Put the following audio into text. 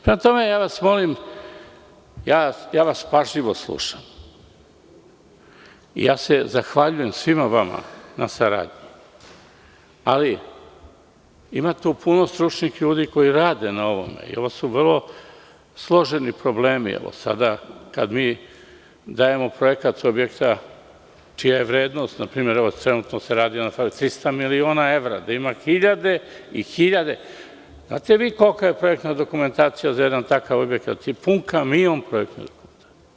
Prema tome, ja vas molim, pažljivo vas slušam i zahvaljujem se svima vama na saradnji, ali ima tu puno stručnih ljudi koji rade na ovome i ovo su vrlo složeni problemi, kada mi dajemo projekat objekta čija je vrednost, na primer trenutno se radi o 300 miliona evra, gde ima hiljade i hiljade, znate kolika je projektna dokumentacija za jedan takav objekat, pun je kamion projektne dokumentacije.